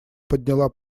подняла